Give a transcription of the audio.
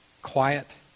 Quiet